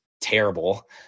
terrible